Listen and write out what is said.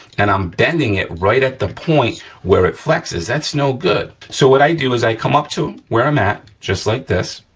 and i'm bending it, right at the point where it flexes. that's no good. so, what i do is is i come up to where i'm at, just like this,